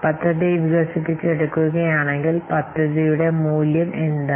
പദ്ധതി വികസിപ്പിച്ചെടുക്കുകയാണെങ്കിൽ പദ്ധതിയുടെ മൂല്യം എന്താണ്